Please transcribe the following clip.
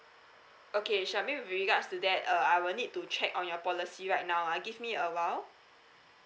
okay charmaine with regards to that uh I will need to check on your policy right now ah give me awhile